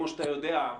כמו שאתה יודע,